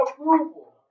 approval